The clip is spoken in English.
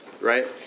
right